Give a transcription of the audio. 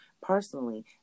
personally